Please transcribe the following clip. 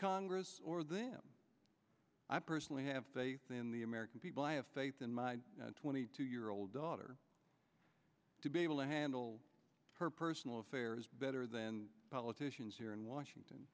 congress or them i personally have faith in the american people i have faith in my twenty two year old daughter to be able to handle her personal affairs better than politicians here in washington